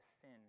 sin